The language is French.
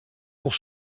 pour